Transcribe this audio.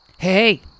Hey